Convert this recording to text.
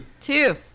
Two